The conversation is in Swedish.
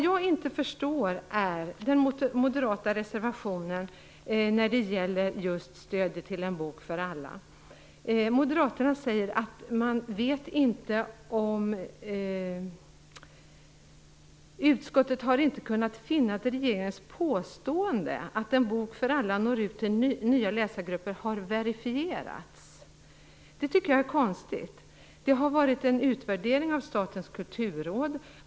Jag förstår inte den moderata reservationen när det gäller just stödet till En bok för alla. Moderaterna säger att utskottet inte har kunnat finna att regeringens påstående att En bok för alla når ut till nya läsargrupper har verifierats. Det tycker jag är konstigt. Det har gjorts en utvärdering av Statens kulturråd.